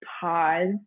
pause